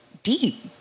Deep